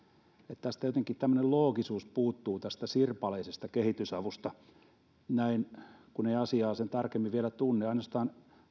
jotenkin tämmöinen loogisuus puuttuu tästä sirpaleisesta kehitysavusta näin kun ei asiaa sen tarkemmin vielä tunne ja ainoastaan